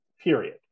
period